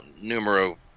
numero